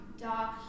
dark